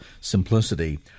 simplicity